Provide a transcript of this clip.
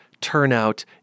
turnout